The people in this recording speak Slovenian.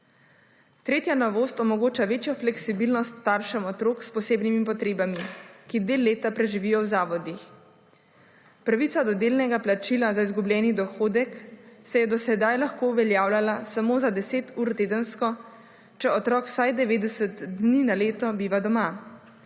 Tretja novost omogoča večjo fleksibilnost staršem otrok s posebnimi potrebami, ki del leta preživijo v zavodih. 21. TRAK: (NB) – 11.40 (Nadaljevanje): Pravica do delnega plačila za izgubljeni dohodek se je do sedaj lahko uveljavljala samo za deset ur tedensko, če otrok vsaj 90 dni na leto biva doma.